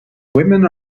women